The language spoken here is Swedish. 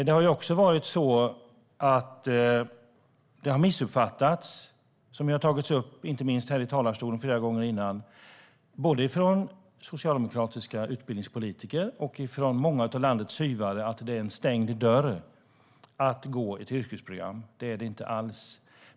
Det har också funnits en missuppfattning, vilket också har tagits upp här i talarstolen flera gånger, både från socialdemokratiska utbildningspolitiker och från många av landets SYV:ar att det är en stängd dörr att gå ett yrkesprogram. Det är det ju inte alls.